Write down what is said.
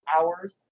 hours